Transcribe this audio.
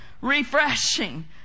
refreshing